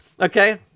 Okay